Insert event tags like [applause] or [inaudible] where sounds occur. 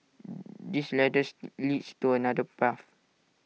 [noise] his ladders leads to another path